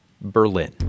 Berlin